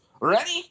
Ready